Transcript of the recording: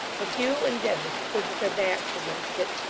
but hugh and dennis stood with their backs against it,